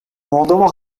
moldova